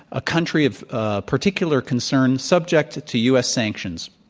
a country of ah particular concern subject to u. s. sanctions.